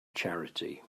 charity